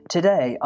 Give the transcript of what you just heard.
Today